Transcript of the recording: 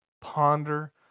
Ponder